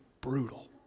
brutal